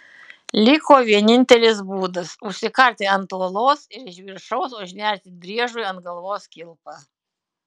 liko vienintelis būdas užsikarti ant uolos ir iš viršaus užnerti driežui ant galvos kilpą